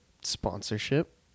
sponsorship